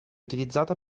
utilizzata